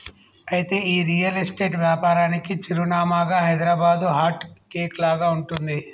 అయితే ఈ real estate వ్యాపారానికి చిరునామాగా హైదరాబాదు హార్ట్ కేక్ లాగా ఉంటుంది